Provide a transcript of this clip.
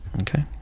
okay